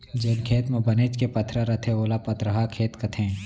जेन खेत म बनेच के पथरा रथे ओला पथरहा खेत कथें